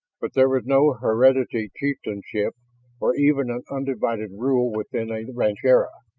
but there was no hereditary chieftainship or even an undivided rule within a rancheria.